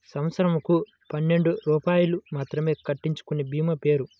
సంవత్సరంకు పన్నెండు రూపాయలు మాత్రమే కట్టించుకొనే భీమా పేరు?